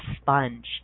sponge